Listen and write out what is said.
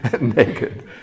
naked